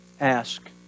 ask